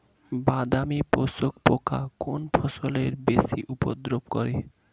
বাদামি শোষক পোকা কোন ফসলে বেশি উপদ্রব করে?